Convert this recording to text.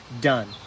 done